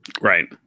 Right